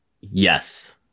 yes